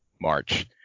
March